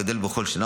גדל בכל שנה,